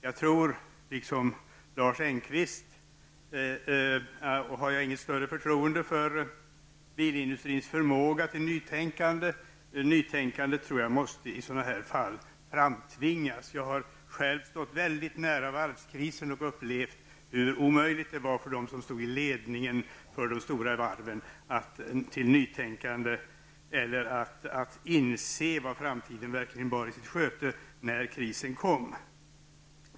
Jag har i likhet med Lars Engqvist inget större förtroende för bilindustrins förmåga till nytänkande. Ett nytänkande måste i ett fall som detta framtvingas. Jag har själv stått nära varvskrisen och upplevt hur omöjligt det varit med ett nytänkande hos ledningarna för de stora varven. De kunde inte inse vad framtiden verkligen bar i sitt sköte när krisen kom.